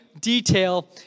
detail